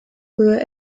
höhe